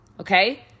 Okay